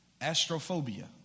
astrophobia